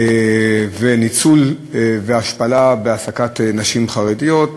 ניצול והשפלה בהעסקת נשים חרדיות.